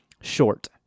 short